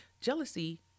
jealousy